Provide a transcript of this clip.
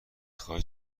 خوای